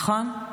נכון?